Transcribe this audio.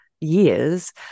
years